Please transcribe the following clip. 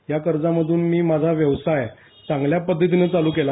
या कर्जामधून मी माझा व्येवसाय चांगल्या पध्दतीने चालू केला